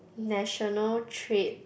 national trade